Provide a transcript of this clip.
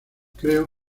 creo